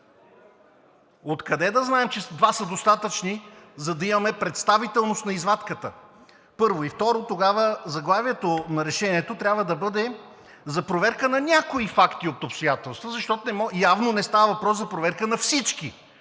Откъде да знаем, че два са достатъчни, за да имаме представителност на извадката, първо? Второ, тогава заглавието на решението трябва да бъде: за проверка на някои факти и обстоятелства, защото явно не става въпрос за проверка на всички